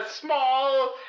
small